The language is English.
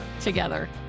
together